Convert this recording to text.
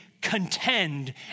contend